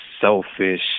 selfish